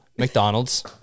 mcdonald's